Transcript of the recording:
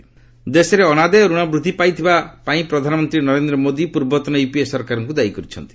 PM IPPB ଦେଶରେ ଅନାଦାୟ ଋଣ ବୃଦ୍ଧି ପାଇଥିବାପାଇଁ ପ୍ରଧାନମନ୍ତ୍ରୀ ନରେନ୍ଦ୍ର ମୋଦି ପୂର୍ବତନ ୟୁପିଏ ସରକାରଙ୍କୁ ଦାୟି କରିଛନ୍ତି